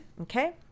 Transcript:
Okay